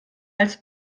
als